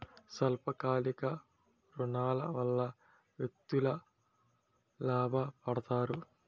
స్వల్ప కాలిక ఋణాల వల్ల వ్యక్తులు లాభ పడతారు